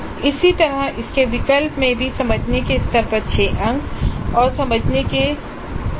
इसी तरह इसके विकल्प में भी समझने के स्तर पर 6 अंक और समझने के स्तर पर फिर से 4 अंक हैं